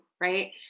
right